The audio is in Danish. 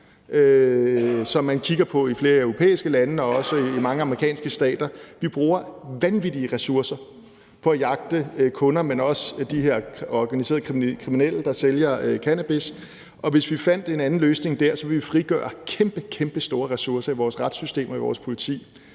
Det kigger man på i flere europæiske lande og også i mange amerikanske stater. Vi bruger vanvittig mange ressourcer på at jagte kunder, men også de her organiserede kriminelle, der sælger cannabis. Og hvis vi fandt en anden løsning der, ville vi frigøre kæmpestore ressourcer i vores retssystem og vores politi.